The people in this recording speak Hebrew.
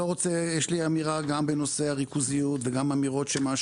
יש לי אמירה גם בנושא הריכוזיות וגם אמירות על מה